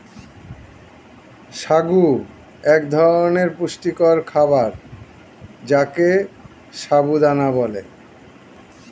সাগু এক ধরনের পুষ্টিকর খাবার যাকে সাবু দানা বলে